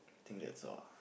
I think that's all